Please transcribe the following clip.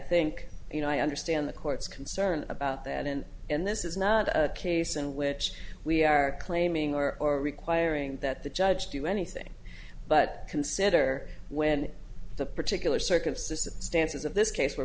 think you know i understand the court's concern about that and and this is not a case in which we are claiming or requiring that the judge do anything but consider when the particular circumstances stances of this case were